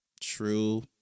true